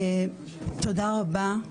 תודה רבה.